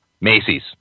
Macy's